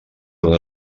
una